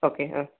okay ആ